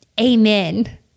Amen